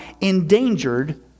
endangered